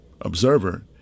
observer